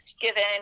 given